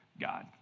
God